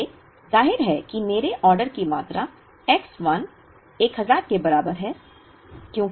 इसलिए जाहिर है कि मेरे ऑर्डर की मात्रा X 1 1000 के बराबर है